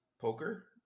Poker